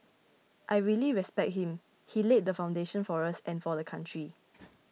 I really respect him he laid the foundation for us and for the country